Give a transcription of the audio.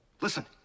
Listen